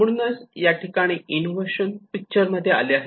म्हणूनच या ठिकाणी इनोव्हेशन पिक्चर मध्ये आले आहे